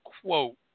quote